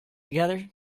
together